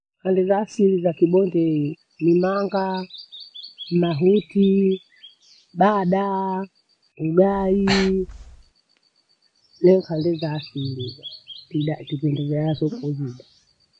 Khande za asili za kibondei ni manga, mahutii, badaa, ugayii, leo nkhande za asili hizo. Tindaa tikunduleazo na muvumendaa.